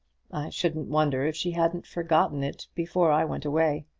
shouldn't wonder if she hadn't forgotten it before i went away.